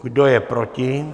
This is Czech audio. Kdo je proti?